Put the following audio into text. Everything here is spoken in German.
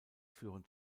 führen